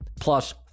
plus